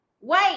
Wait